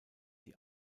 die